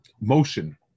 motion